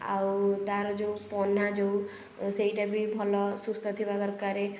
ଆଉ ତାର ଯେଉଁ ପହ୍ନା ଯେଉଁ ସେଇଟା ବି ଭଲ ସୁସ୍ଥ ଥିବା ଦରକାର